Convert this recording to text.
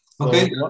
Okay